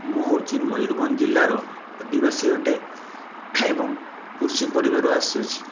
ମୁଁ ହଉଛି ମୟୁରଭଞ୍ଜ ଜିଲ୍ଲାର ଅଧିବାସୀ ଅଟେ ଏବଂ କୃଷି ପରିବାରରୁ ଆସିଅଛି